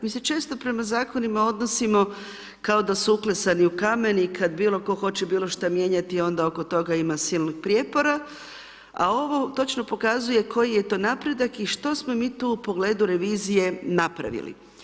Mi se često prema Zakonima odnosimo kao da su uklesani u kamen, i kad bilo tko hoće bilo šta mijenjati, onda oko toga ima silnih prijepora, a ovo točno pokazuje koji je to napredak i što smo mi tu u pogledu revizije napravili.